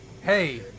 Hey